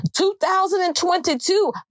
2022